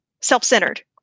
self-centered